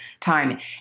time